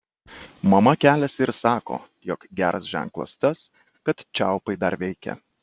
mama keliasi ir sako jog geras ženklas tas kad čiaupai dar veikia